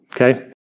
Okay